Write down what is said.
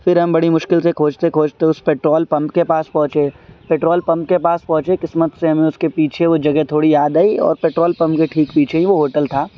پھر ہم بڑی مشکل سے کھوجتے کھوجتے اس پٹرول پمپ کے پاس پہنچے پٹرول پمپ کے پاس پہنچے قسمت سے ہمیں اس کے پیچھے وہ جگہ تھوڑی یاد آئی اور پٹرول پمپ کے ٹھیک پیچھے ہی وہ ہوٹل تھا